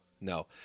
No